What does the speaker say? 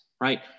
right